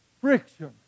friction